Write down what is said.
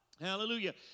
Hallelujah